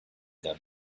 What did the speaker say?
them